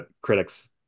critics